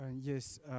Yes